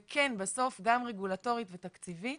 וכן בסוף גם רגולטורית ותקציבית,